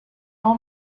how